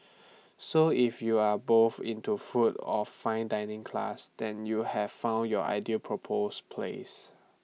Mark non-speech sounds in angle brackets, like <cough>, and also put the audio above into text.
<noise> so if you are both into food of fine dining class then you have found your ideal proposal place